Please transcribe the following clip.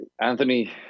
Anthony